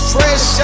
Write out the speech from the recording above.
Fresh